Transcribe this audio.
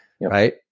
Right